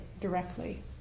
directly